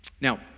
Now